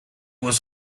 was